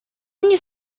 они